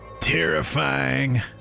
terrifying